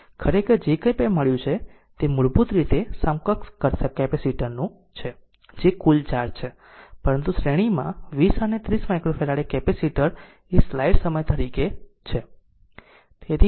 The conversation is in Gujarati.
ખરેખર જે કંઇ પણ મળ્યું છે તે મૂળભૂત રીતે સમકક્ષ કેપેસિટર નું છે જે કુલ ચાર્જ છે પરંતુ શ્રેણીમાં 20 અને 30 માઈક્રોફેરાડે કેપેસિટર સ્લાઇડ સમય તરીકે છે